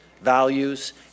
values